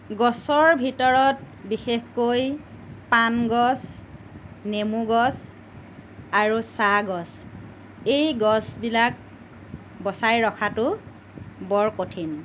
গছৰ ভিতৰত বিশেষকৈ পাণ গছ নেমু গছ আৰু চাহ গছ এই গছবিলাক বচাই ৰখাটো বৰ কঠিন